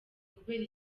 kubera